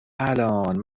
الان